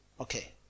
Okay